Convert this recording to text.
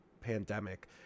pandemic